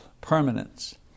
permanence